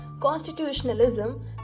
constitutionalism